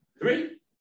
Three